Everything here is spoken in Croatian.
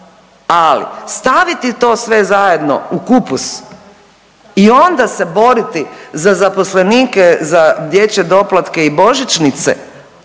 Ali staviti sve to zajedno u kupus i onda se boriti za zaposlenike za dječje doplatke i božićnice,